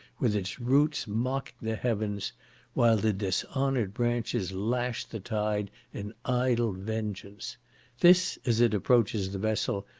with its roots mocking the heavens while the dishonoured branches lash the tide in idle vengeance this, as it approaches the vessel,